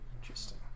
interesting